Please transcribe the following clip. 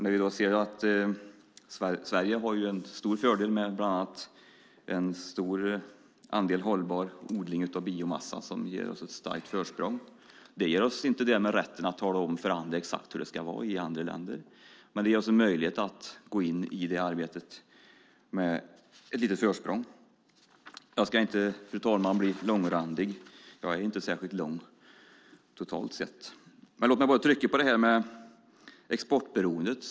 När vi då ser att Sverige har en stor fördel, med bland annat en stor andel hållbar odling av biomassa som ger oss ett starkt försprång, ger inte det oss rätten att tala om för andra exakt hur det ska vara i andra länder. Men vi har alltså möjlighet att gå in i det arbetet med ett litet försprång. Jag ska inte bli långrandig, fru talman, jag är inte särskilt lång totalt sett. Låt mig bara trycka på exportberoendet.